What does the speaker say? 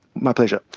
my pleasure.